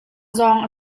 zawng